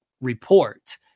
report